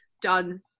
done